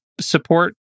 support